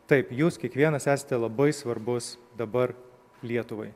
taip jūs kiekvienas esate labai svarbus dabar lietuvai